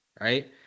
right